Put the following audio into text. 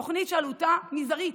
זאת תוכנית שעלותה מזערית,